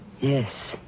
Yes